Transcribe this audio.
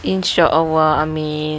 inshallah amin